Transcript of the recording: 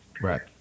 Right